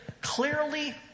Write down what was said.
clearly